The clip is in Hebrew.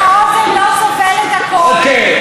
האוזן לא סובלת הכול,